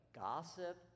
gossip